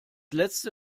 letzte